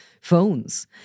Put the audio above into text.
phones